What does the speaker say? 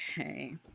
Okay